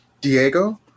Diego